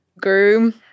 groom